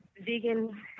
vegan